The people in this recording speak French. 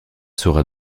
sera